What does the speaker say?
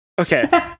Okay